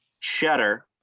Cheddar